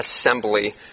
assembly